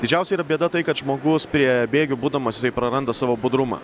didžiausia yra bėda tai kad žmogus prie bėgių būdamas jisai praranda savo budrumą